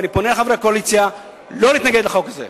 ואני פונה לחברי הקואליציה לא להתנגד לחוק הזה.